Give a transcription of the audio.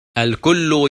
الكل